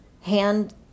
hand